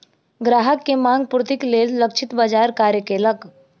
ग्राहक के मांग पूर्तिक लेल लक्षित बाजार कार्य केलक